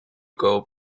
koło